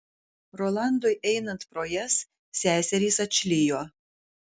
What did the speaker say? rolandui einant pro jas seserys atšlijo